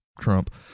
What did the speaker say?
Trump